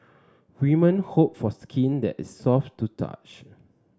women hope for skin that is soft to touch